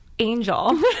Angel